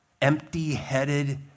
empty-headed